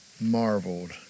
marveled